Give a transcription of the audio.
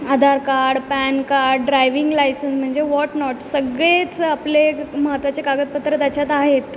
आधार card pan card driving license म्हणजे what not सगळेच आपले महत्त्वाचे कागदपत्रं त्याच्यात आहेत